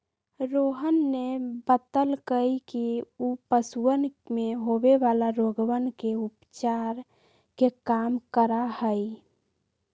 रोहन ने बतल कई कि ऊ पशुवन में होवे वाला रोगवन के उपचार के काम करा हई